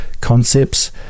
concepts